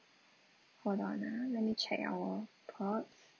hold on ah let me check our probs